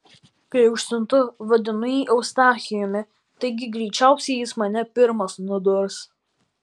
kai užsiuntu vadinu jį eustachijumi taigi greičiausiai jis mane pirmas nudurs